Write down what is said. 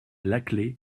laclais